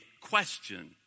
question